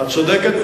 את צודקת,